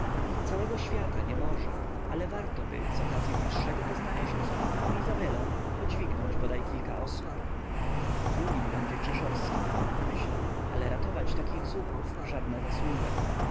całego świata nie może ale wartoby z okazyi bliższego poznania się z panną izabelą podźwignąć bodaj kilka osób drugim będzie krzeszowski myślał ale ratować takich zuchów żadna zasługa